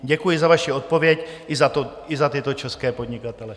Děkuji za vaši odpověď i za tyto české podnikatele.